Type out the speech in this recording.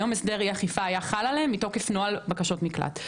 היום הסדר אי אכיפה היה חל עליהם מתוקף נוהל בקשות מקלט.